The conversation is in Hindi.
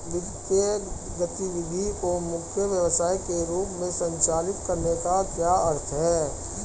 वित्तीय गतिविधि को मुख्य व्यवसाय के रूप में संचालित करने का क्या अर्थ है?